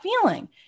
feeling